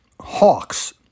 hawks